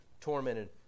tormented